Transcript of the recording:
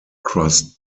crust